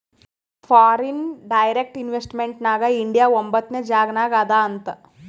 foreign direct investment ನಾಗ್ India ಒಂಬತ್ನೆ ಜಾಗನಾಗ್ ಅದಾ ಅಂತ್